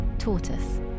tortoise